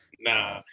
Nah